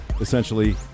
Essentially